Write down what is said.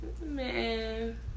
Man